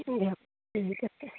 ঠিক আছে